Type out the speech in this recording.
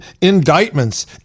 indictments